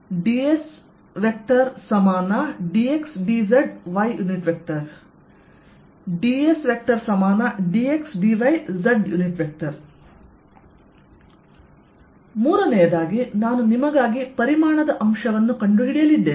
dsdydzx dsdxdzy dsdxdyz ಮೂರನೆಯದಾಗಿ ನಾನು ನಿಮಗಾಗಿ ಪರಿಮಾಣದ ಅಂಶವನ್ನು ಕಂಡುಹಿಡಿಯಲಿದ್ದೇನೆ